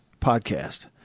podcast